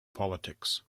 politics